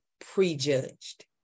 prejudged